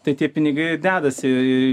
tai tie pinigai ir dedasi